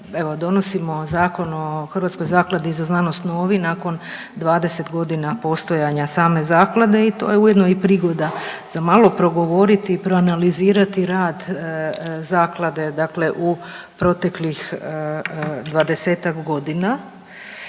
donosimo Zakon o Hrvatskoj zakladi za znanost novi nakon 20 godina postojanja same zaklade i to je ujedno i prigoda za malo progovoriti i proanalizirati rad zaklade dakle u proteklih 20-tak godina.